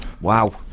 Wow